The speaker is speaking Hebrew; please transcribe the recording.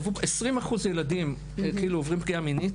20% ילדים עוברים פגיעה מינית.